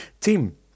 team